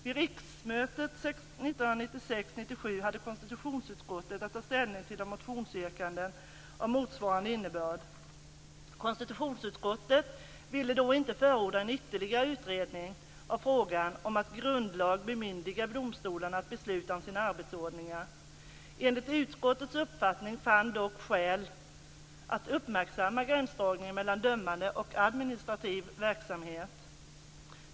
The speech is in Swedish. Vid riksmötet 1996/97 hade konstitutionsutskottet att ta ställning till motionsyrkanden av motsvarande innebörd. Konstitutionsutskottet ville då inte förorda en ytterligare utredning av frågan om att i grundlag bemyndiga domstolarna att besluta om sina arbetsordningar. Enligt utskottets uppfattning fanns dock skäl att uppmärksamma gränsdragningen mellan dömande och administrativ verksamhet.